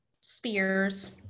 Spears